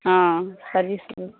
ஆ சரி சார்